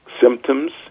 symptoms